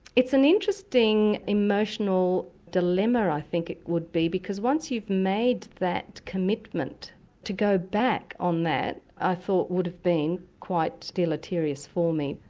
it's an interesting emotional dilemma i think it would be because once you've made that commitment to go back on that i thought would have been quite deleterious for me.